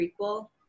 prequel